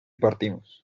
partimos